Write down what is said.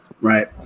right